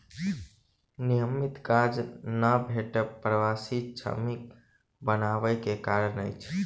नियमित काज नै भेटब प्रवासी श्रमिक बनबा के कारण अछि